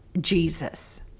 Jesus